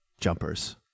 jumpers